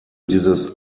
dieses